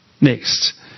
Next